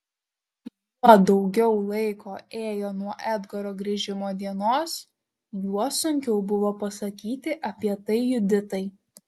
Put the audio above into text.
juo daugiau laiko ėjo nuo edgaro grįžimo dienos juo sunkiau buvo pasakyti apie tai juditai